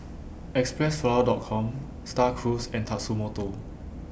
Xpressflower Docom STAR Cruise and Tatsumoto